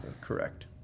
Correct